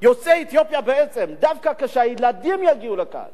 יוצאי אתיופיה, דווקא שהילדים שיגיעו לכאן